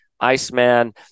Iceman